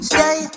Stay